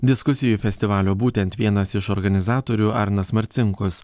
diskusijų festivalio būtent vienas iš organizatorių arnas marcinkus